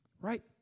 Right